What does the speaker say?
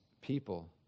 people